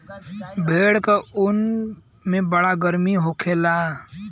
धान क फसल क फायदा कईसे होला?